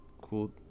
cool